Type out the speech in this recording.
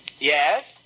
Yes